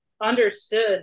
understood